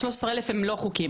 זו כמות הלא חוקיים.